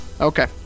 Okay